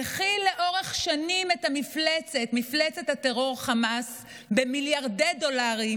האכיל לאורך שנים את מפלצת הטרור חמאס במיליארדי דולרים